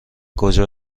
کجا